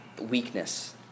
weakness